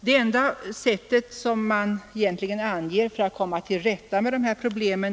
Det enda sättet som man egentligen anger för att komma till rätta med dessa problem